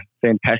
fantastic